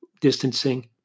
distancing